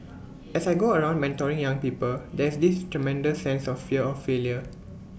as I go around mentoring young people there's this tremendous sense of fear of failure